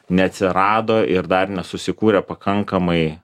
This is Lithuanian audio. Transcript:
neatsirado ir dar nesusikūrė pakankamai